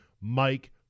Mike